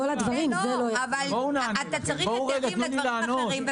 אתה צריך היתרים לדברים אחרים,